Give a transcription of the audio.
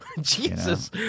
Jesus